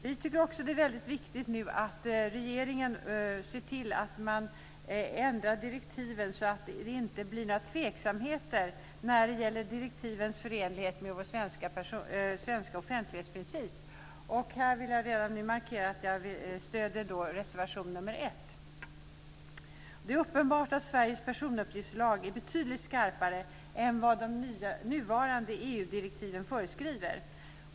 Vi tycker också att det är mycket viktigt att regeringen nu ser till att ändra direktiven så att det inte blir några tveksamheter när det gäller direktivens förenlighet med vår svenska offentlighetsprincip. Här vill jag redan nu markera att jag stöder reservation nr 1. Det är uppenbart att Sveriges personuppgiftslag är betydligt skarpare än vad de nuvarande EU-direktiven föreskriver.